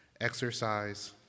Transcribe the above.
exercise